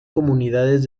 comunidades